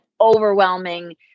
overwhelming